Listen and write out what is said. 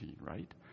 right